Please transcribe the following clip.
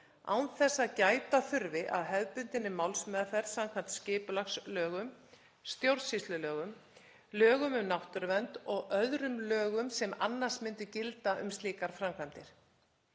án þess að gæta þurfi að hefðbundinni málsmeðferð samkvæmt skipulagslögum, stjórnsýslulögum, lögum um náttúruvernd og öðrum lögum sem annars myndu gilda um slíkar framkvæmdir.